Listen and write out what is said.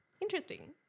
interesting